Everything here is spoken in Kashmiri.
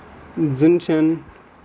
زِنشن